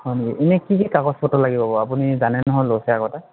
হয় নেকি এনেই কি কি কাগজপত্ৰ লাগিব বাৰু আপুনি জানে নহয় লৈছে আগতে